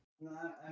No